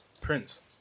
Prince